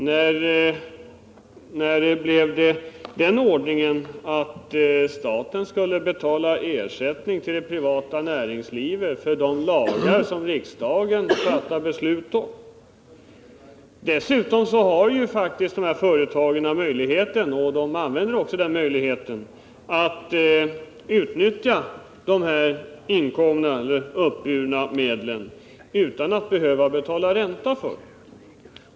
När blev det den ordningen att staten skall betala ersättning till det privata näringslivet för att det följer de lagar och riksdagen fattat beslut om? Dessa företag har dessutom möjligheten — och de använder den också — att utnyttja de uppburna medlen utan att betala ränta för dem.